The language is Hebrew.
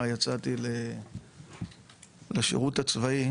יצאתי לשירות הצבאי